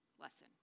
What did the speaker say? lesson